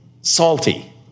salty